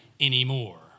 anymore